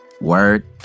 Word